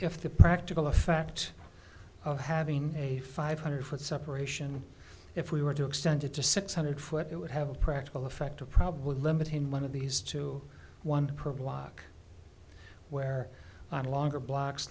have the practical effect of having a five hundred foot separation if we were to extend it to six hundred foot it would have a practical effect of probably limiting one of these to one per block where on longer blocks